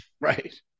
Right